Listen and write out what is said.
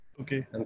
Okay